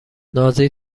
نازی